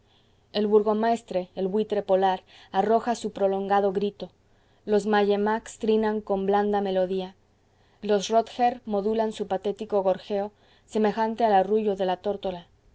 el burgomaestre el buitre polar arroja su prolongado grito los mallemaks trinan con blanda melodía los rotger modulan su patético gorjeo semejante al arrullo de la tórtola